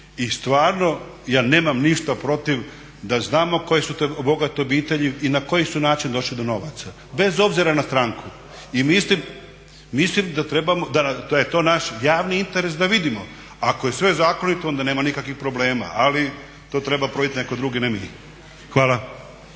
I stvarno, ja nemam ništa protiv da znamo koje su to bogate obitelji i na koji način su došle do novaca bez obzira na stranku. I mislim da trebamo, da je to naš javni interes da vidimo. Ako je sve zakonito onda nema nikakvih problema, ali to treba provjeriti netko drugi, ne mi. Hvala.